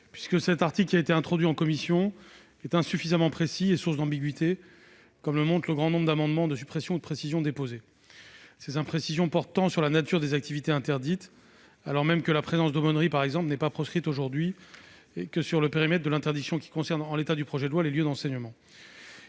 Cet article introduit en commission est en effet insuffisamment précis et source d'ambiguïté, comme le montre le grand nombre d'amendements de suppression ou de précision déposés. Ces imprécisions portent autant sur la nature des activités interdites, alors même que, aujourd'hui, la présence d'aumôneries n'est pas proscrite, que sur le périmètre de l'interdiction qui concerne, en l'état du projet de loi, les « lieux d'enseignement